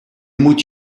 moet